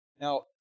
Now